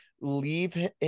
leave